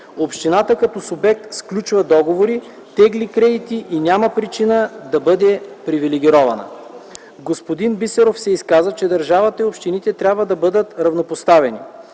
Общината като субект сключва договори, тегли кредити и няма причина да бъде привилегирована. Господин Бисеров се изказа, че държавата и общините трябва да бъдат равнопоставени.